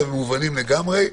הם מובנים לגמרי.